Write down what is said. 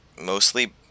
Mostly